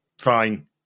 fine